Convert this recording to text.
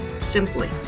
simply